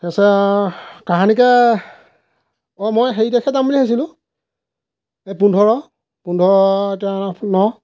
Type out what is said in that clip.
তাৰপিছত কাহানিকে অঁ মই হেৰি তাৰিখে যাম বুলি ভাবিছিলোঁ এই পোন্ধৰ পোন্ধৰ এতিয়া ন